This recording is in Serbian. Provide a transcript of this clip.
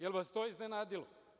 Jel vas to iznenadilo?